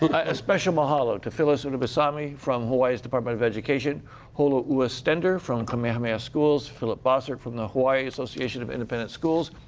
a special mahalo to phyllis unebasami from hawaii's department of education holoua stender from kamehameha schools, philip bossert from the hawaii association of independent schools,